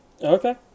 Okay